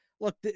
Look